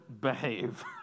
behave